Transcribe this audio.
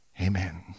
Amen